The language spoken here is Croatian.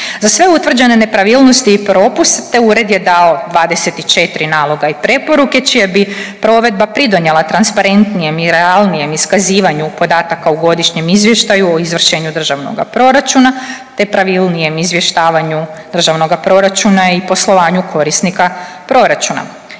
Za sve utvrđene nepravilnosti i propuste ured je dao 24 naloga i preporuke čija bi provedba pridonijela transparentnijem i realnijem iskazivanju podataka u godišnjem izvještaju o izvršenju državnoga proračuna, te pravilnijem izvještavanju državnoga proračuna i poslovanju korisnika proračuna.